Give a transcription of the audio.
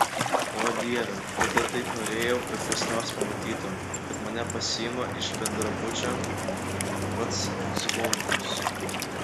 o dieve tada taip norėjau kad kas nors pamatytų kad mane pasiima iš bendrabučio pats zvonkus